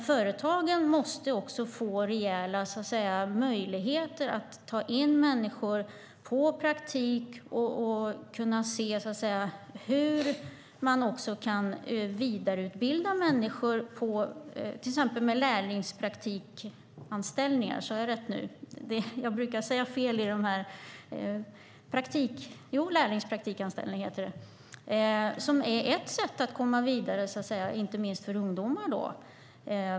Företagen måste också få rejäla möjligheter att ta in människor på praktik och kunna se hur man kan vidareutbilda människor till exempel genom lärlingspraktikanställningar. Det är ett sätt att komma vidare, inte minst för ungdomar.